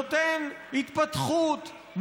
נותן התפתחות,